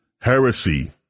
heresy